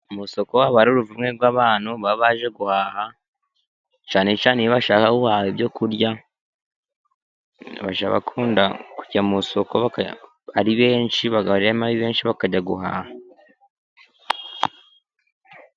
Mu isoko haba hari uruvunge rw'abantu baba baje guhaha, cyane cyane iyo bashaka guhaha ibyo kurya, bajya bakunda kujya mu isoko ari benshi bagahuriramo ari benshi bakajya guhaha.